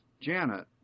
Janet